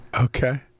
Okay